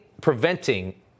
preventing